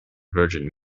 virgin